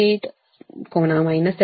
87 degree ಆಂಪಿಯರ್ಗೆ ಸಮಾನವಾಗಿರುತ್ತದೆ